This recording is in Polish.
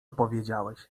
powiedziałeś